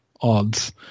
odds